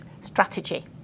strategy